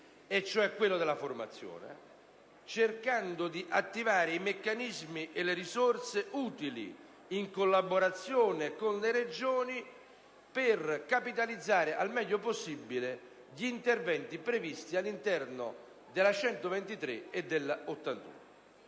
cioè quello della formazione, cercando di attivare i meccanismi e le risorse utili, in collaborazione con le Regioni, per capitalizzare al meglio possibile gli interventi previsti all'interno della legge n.